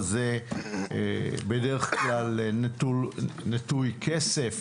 אבל זה בדרך כלל נטוי כסף,